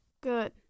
Good